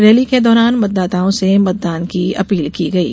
rally के दौरान मतदाताओं से मतदान की अपील की गयी